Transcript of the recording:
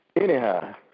anyhow